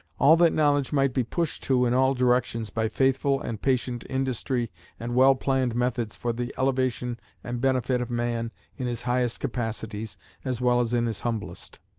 all that knowledge might be pushed to in all directions by faithful and patient industry and well-planned methods for the elevation and benefit of man in his highest capacities as well as in his humblest.